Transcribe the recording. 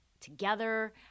Together